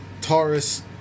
Taurus